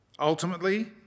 Ultimately